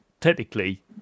technically